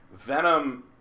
Venom